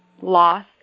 loss